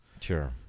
Sure